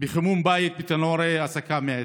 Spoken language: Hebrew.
לחימום הבית בתנורי הסקה בעץ.